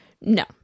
No